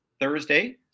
Thursday